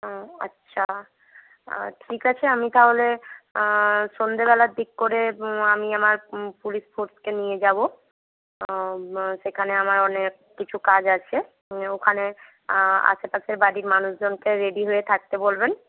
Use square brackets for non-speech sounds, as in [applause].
ও আচ্ছা ঠিক আছে আমি তাহলে সন্ধ্যেবেলার দিক করে আমি আমার পুলিশ ফোর্সকে নিয়ে যাব সেখানে আমার অনেক কিছু কাজ আছে [unintelligible] ওখানে আশেপাশের বাড়ির মানুষজনকে রেডি হয়ে থাকতে বলবেন